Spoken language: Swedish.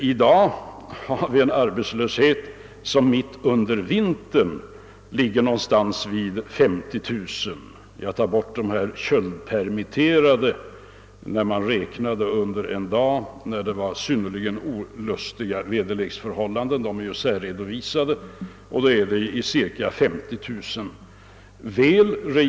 I dag har vi mitt under vintern en arbetslöshet på ungefär 50000 väl registrerade — jag bortser från en särredovisning av de köldpermitterade en dag då det var synnerligen olustiga väderleksförhållanden.